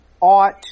Ought